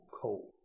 cold